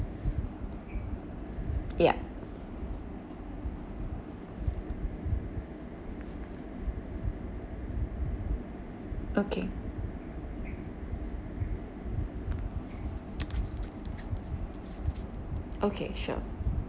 ya okay okay sure